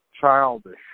childish